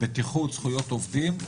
בטיחות זכויות עובדים.